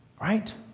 Right